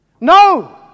No